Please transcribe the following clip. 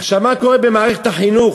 עכשיו, מה קורה במערכת החינוך?